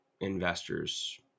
investors